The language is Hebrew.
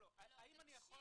האם אני יכול --- אני